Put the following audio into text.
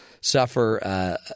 suffer